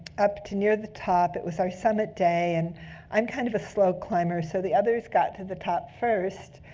up to near the top. it was our summit day. and i'm kind of a slow climber, so the others got to the top first.